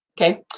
Okay